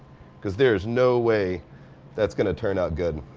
cause there is no way that's gonna turn out good.